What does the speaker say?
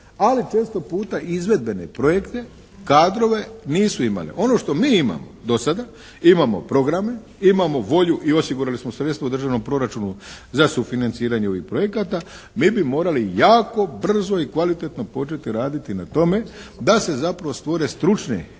ali često puta izvedbene projekte, kadrove, nisu imali. Ono što mi imamo do sada, imamo programe, imamo volju i osigurali smo sredstva u državnom proračunu za sufinanciranje ovih projekata, mi bi morali jako brzo i kvalitetno početi raditi na tome da se zapravo stvore stručne